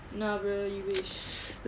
no bro you wish